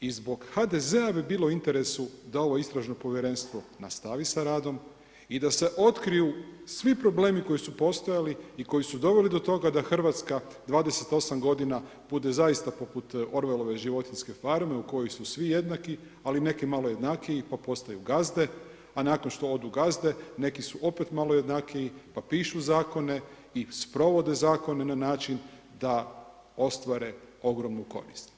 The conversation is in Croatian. I zbog HDZ-a bi bilo u interesu da ovo istražno povjerenstvo nastavi sa radom i da se otkriju svi problemi koji su postojali i koji su doveli do toga da Hrvatska 28 godina bude zaista poput Orwellove životinjske farme u kojoj su svi jednaki, ali neki malo jednakiji pa postaju gazde, a nakon što odu gazde neki su opet malo jednakiji pa pišu zakone i sprovode zakone na način da ostvare ogromnu korist.